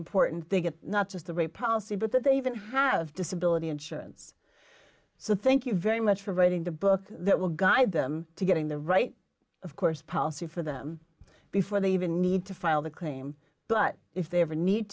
important they get not just the right policy but that they even have disability insurance so thank you very much for writing the book that will guide them to getting the right of course policy for them before they even need to file the claim but if they ever need